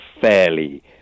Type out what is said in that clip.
fairly